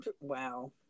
Wow